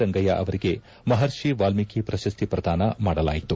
ರಂಗಯ್ಯ ಅವರಿಗೆ ಮಹರ್ಷಿ ವಾಲ್ನೀಕಿ ಪ್ರಶಸ್ತಿ ಪ್ರದಾನ ಮಾಡಲಾಯಿತು